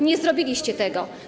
Nie zrobiliście tego.